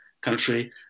country